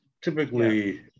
typically